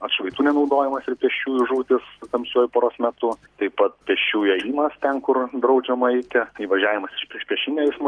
atšvaitų nenaudojimas ir pėsčiųjų žūtys tamsiuoju paros metu taip pat pėsčiųjų ėjimas ten kur draudžiama eiti įvažiavimas į priešpriešinę eismo